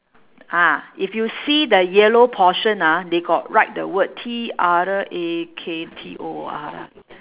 ah if you see the yellow portion ah they got write the word T R A K T O O R ah